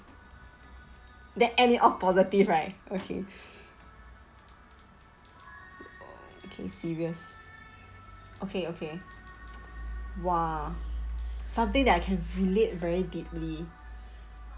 then end it off positive right okay okay serious okay okay !wah! something that I can relate very deeply